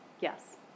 Yes